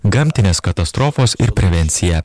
gamtinės katastrofos ir prevencija